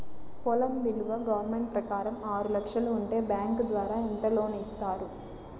పొలం విలువ గవర్నమెంట్ ప్రకారం ఆరు లక్షలు ఉంటే బ్యాంకు ద్వారా ఎంత లోన్ ఇస్తారు?